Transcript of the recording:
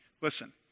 Listen